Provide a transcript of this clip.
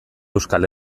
euskal